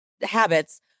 habits